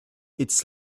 its